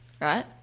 right